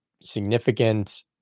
significant